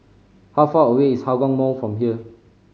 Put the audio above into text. how far away is Hougang Mall from here